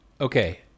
Okay